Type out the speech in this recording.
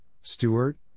Stewart